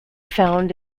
found